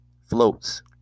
floats